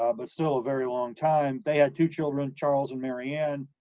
um but still a very long time. they had two children, charles and mary ann.